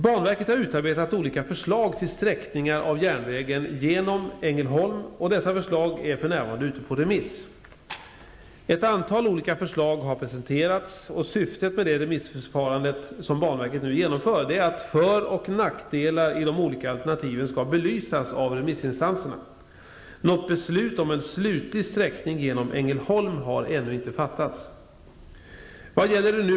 Banverket har utarbetat olika förslag till sträckningar av järnvägen genom Ängelholm, och dessa förslag är för närvarande ute på remiss. Ett antal olika förslag har presenterats, och syftet med det remissförfarande som banverket nu genomför är att för och nackdelar i de olika alternativen skall belysas av remissinstanserna. Något beslut om en slutlig sträckning genom Ängelholm har ännu inte fattats.